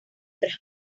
tras